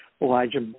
Elijah